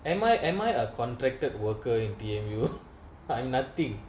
am I am I a contracted worker in P_M you buy nothing